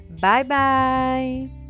Bye-bye